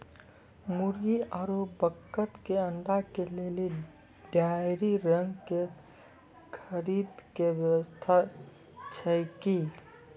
मुर्गी आरु बत्तक के अंडा के लेली डेयरी रंग के खरीद के व्यवस्था छै कि?